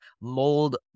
mold